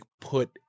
put